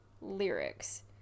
lyrics